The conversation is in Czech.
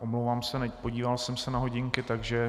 Omlouvám se, nepodíval jsem se na hodinky, takže...